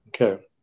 Okay